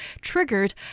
triggered